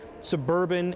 suburban